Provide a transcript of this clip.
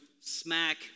smack